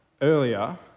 earlier